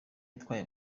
itwaye